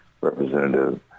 Representative